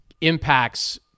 impacts